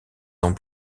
ans